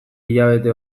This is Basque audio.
hilabete